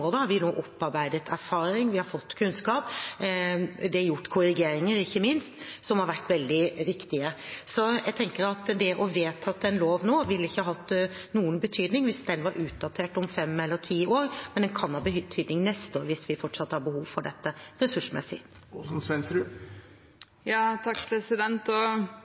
har vi nå opparbeidet erfaring, vi har fått kunnskap, og det er gjort korrigeringer, ikke minst, som har vært veldig viktige. Jeg tenker at å få vedtatt en lov nå ville ikke hatt noen betydning hvis den var utdatert om fem eller ti år, men den kan ha betydning neste år hvis vi fortsatt har behov for dette ressursmessig. Det er greit nok at statsråden ikke er bekymret, og